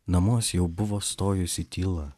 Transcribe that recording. namuos jau buvo stojusi tyla